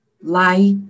light